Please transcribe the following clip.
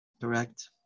correct